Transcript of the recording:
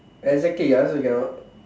exactly I also cannot